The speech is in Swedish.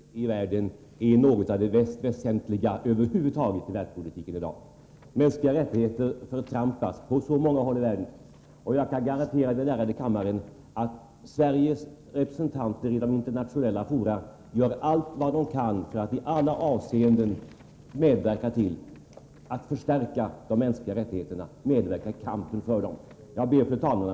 Fru talman! Kampen för de mänskliga rättigheterna i världen är något av det mest väsentliga över huvud taget i världspolitiken i dag. Mänskliga rättigheter förtrampas på så många håll i världen. Jag kan garantera den ärade kammaren att Sveriges representanter i internationella fora gör allt vad de kan för att i alla avseenden medverka till att främja de mänskliga rättigheterna.